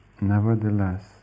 nevertheless